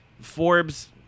Forbes